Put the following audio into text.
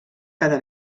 cada